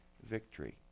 victory